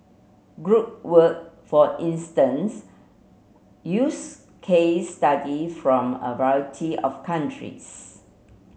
group work for instance use case study from a variety of countries